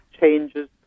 changes